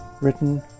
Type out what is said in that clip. written